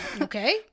Okay